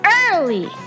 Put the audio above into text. early